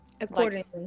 Accordingly